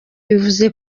bivuze